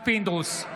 אינו נוכח משה